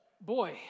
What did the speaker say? boy